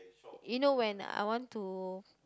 you know when I want to